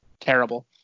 terrible